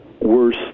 worse